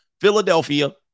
Philadelphia